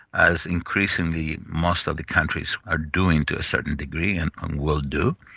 as increasingly most of the countries are doing to a certain degree and um will do,